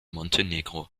montenegro